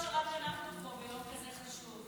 עצוב מאוד שרק אנחנו פה ביום כזה חשוב.